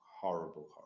horrible